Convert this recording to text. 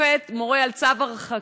כששופט מורה על צו הרחקה,